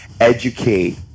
educate